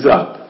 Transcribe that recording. up